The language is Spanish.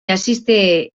asiste